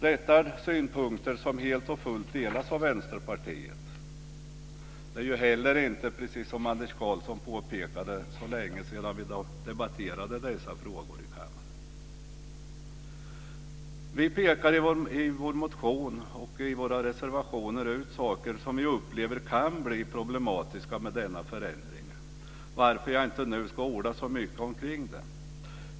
Detta är synpunkter som helt och fullt delas av Vänsterpartiet. Det är heller inte, precis som Anders Karlsson påpekade, så länge sedan vi debatterade dessa frågor i kammaren. Vi pekar i vår motion och i våra reservationer ut saker som vi upplever kan bli problematiska med denna förändring, varför jag inte nu ska orda så mycket kring det.